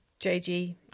JG